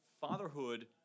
fatherhood